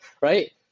right